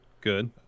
Good